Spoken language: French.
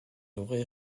aurait